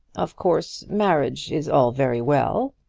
of course marriage is all very well.